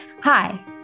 Hi